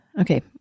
Okay